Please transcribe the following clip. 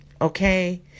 Okay